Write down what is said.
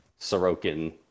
Sorokin